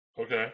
Okay